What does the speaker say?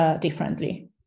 Differently